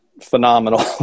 phenomenal